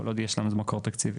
כל עוד יש לזה מקור תקציבי.